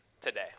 today